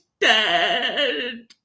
dead